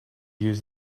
use